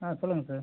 ஆ சொல்லுங்கள் சார்